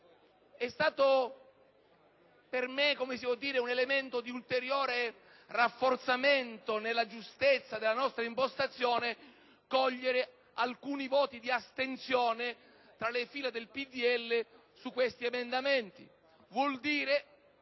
È stato per me un elemento di ulteriore rafforzamento nella giustezza della nostra impostazione cogliere alcuni voti di astensione tra le file del PdL sugli emendamenti